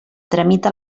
tramita